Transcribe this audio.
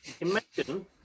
Imagine